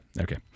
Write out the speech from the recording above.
Okay